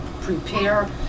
prepare